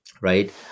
right